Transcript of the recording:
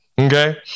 okay